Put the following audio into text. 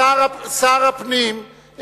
שר הפנים,